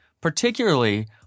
particularly